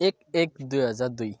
एक एक दुई हजार दुई